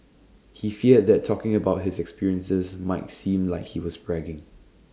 he feared that talking about his experiences might seem like he was bragging